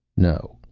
no.